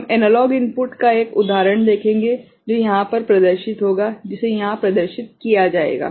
हम analogue input का एक उदाहरण देखेंगे जो यहां पर प्रदर्शित होगा जिसे यहां प्रदर्शित किया जाएगा